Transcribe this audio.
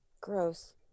Gross